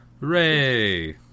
Hooray